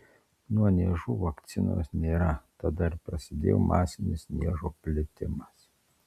nuo niežų vakcinos nėra tada ir prasidėjo masinis niežo plitimas